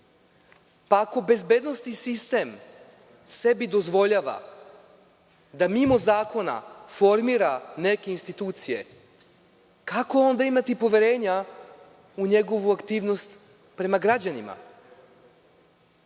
bezbednosni sistem sebi dozvoljava da mimo zakona formira neke institucije, kako onda imati poverenja u njegovu aktivnost prema građanima?